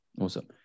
awesome